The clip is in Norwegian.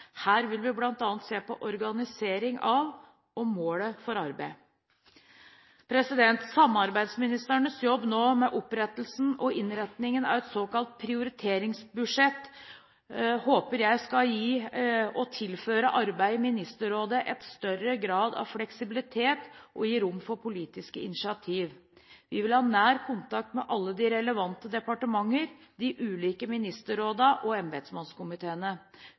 Her vil vi bl.a. se på organiseringen av og målet for arbeidet. Samarbeidsministrenes jobb nå med opprettelsen og innretningen av et såkalt prioriteringsbudsjett håper jeg skal tilføre arbeidet i Ministerrådet en større grad av fleksibilitet og gi større rom for politiske initiativ. Vi vil ha nær kontakt med alle de relevante departementer, de ulike ministerrådene og embetsmannskomiteene.